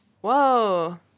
Whoa